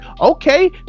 okay